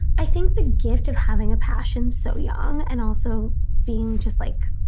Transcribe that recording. i think the gift of having a passion so young and also being just like